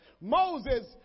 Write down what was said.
Moses